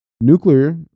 nuclear